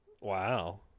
wow